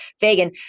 vegan